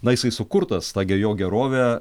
na jisai sukurtas ta gi jo gerovė